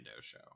show